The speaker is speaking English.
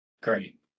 Great